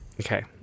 okay